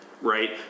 right